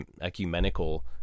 ecumenical